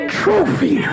trophy